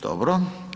Dobro.